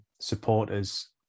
supporters